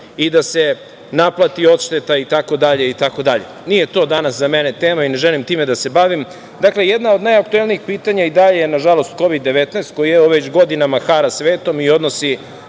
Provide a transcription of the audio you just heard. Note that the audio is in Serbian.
i da se naplati odšteta itd. Nije to danas za mene tema i ne želim time da se bavim. Dakle, jedno od najaktuelnijih pitanja i dalje je, nažalost, Kovid-19, koji evo već godinama hara svetom i odnosi